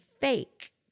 fake